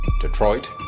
Detroit